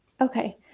Okay